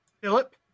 Philip